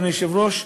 אדוני היושב-ראש,